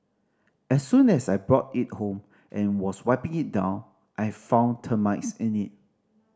as soon as I brought it home and was wiping it down I found termites in it